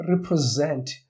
represent